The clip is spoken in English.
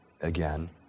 again